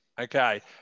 Okay